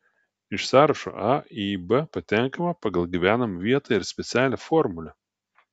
iš sąrašo a į b patenkama pagal gyvenamą vietą ir specialią formulę